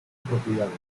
propiedades